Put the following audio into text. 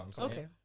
Okay